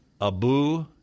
Abu